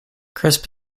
crisp